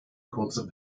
kurze